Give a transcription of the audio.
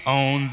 on